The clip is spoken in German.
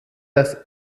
das